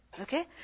Okay